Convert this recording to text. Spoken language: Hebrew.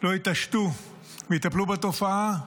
לא יתעשתו ויטפלו בתופעה,